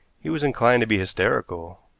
he was inclined to be hysterical.